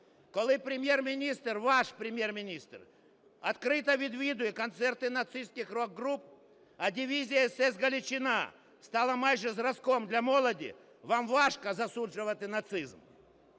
коли Прем’єр-міністр – ваш Прем’єр-міністр відкрито відвідує концерти нацистських рок-груп, а дивізія СС "Галичина" стала майже зразком для молоді, вам важко засуджувати нацизм.